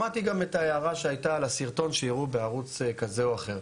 שמעתי גם את ההערה שהייתה על הסרטון שהראו בערוץ כזה או אחר.